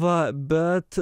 va bet